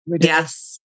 Yes